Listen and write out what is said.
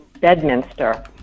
Bedminster